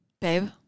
Babe